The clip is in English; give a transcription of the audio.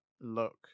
look